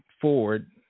forward